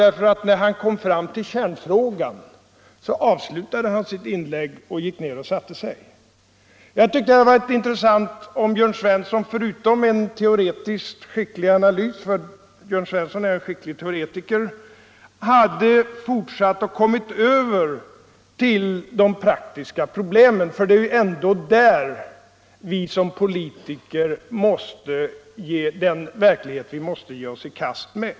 När han kom fram till kärnfrågan avslutade han nämligen sitt inlägg och gick ned och satte sig. Jag tyckte att det hade varit intressant om Jörn Svensson efter en teoretiskt skicklig analys — Jörn Svensson är en skicklig teoretiker — hade fortsatt och kommit över till de praktiska problemen för det är ju ändå där som vi politiker har den verklighet vi måste ge oss i kast med.